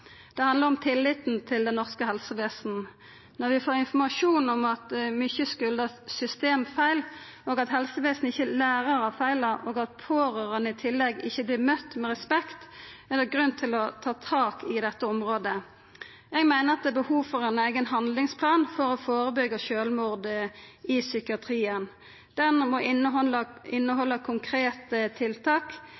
Det handlar om tilliten til det norske helsevesenet. Når vi får informasjon om at mykje kjem av systemfeil, at helsevesenet ikkje lærer av feila og at pårørande i tillegg ikkje vert møtte med respekt, er det grunn til å ta tak i dette. Eg meiner det er behov for ein eigen handlingsplan for å førebyggja sjølvmord i psykiatrien. Den må